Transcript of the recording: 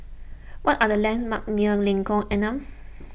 what are the landmarks near Lengkok Enam